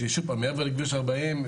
שוב פעם מעבר לכביש 40,